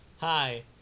hi